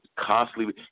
Constantly